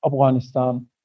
Afghanistan